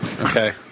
Okay